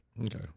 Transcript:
Okay